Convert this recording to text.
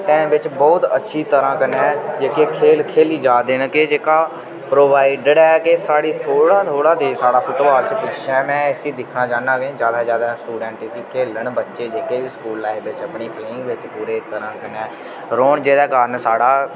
time बिच्च बोहत अच्छी तरह कन्नै जेह्के खेल खेली जा दे न के जेह्का प्रोवाइडर ऐ कि साढ़ी थोह्ड़ा थोह्ड़ा देश साढ़ा फुटबाल च पिच्छें में इसी दिक्खना चाहन्नां के ज्यादा ज्यादा स्टूडेंट इसी खेलन बच्चे जेह्के स्कूलै बिच्च अपनी टीम बिच्च पूरी तरह कन्नै रौह्न जेह्ड़ा कारण साढ़ा